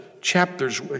chapters